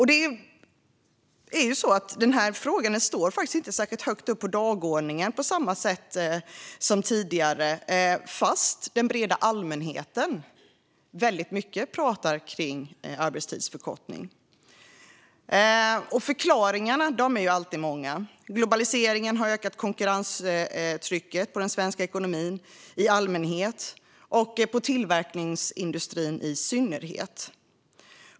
I dag står frågan inte högt upp på dagordningen på samma sätt som tidigare, fast den breda allmänheten pratar ganska mycket om arbetstidsförkortning. Förklaringarna är alltid många. Globaliseringen har ökat konkurrenstrycket på den svenska ekonomin i allmänhet och på tillverkningsindustrin i synnerhet.